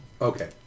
Okay